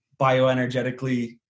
bioenergetically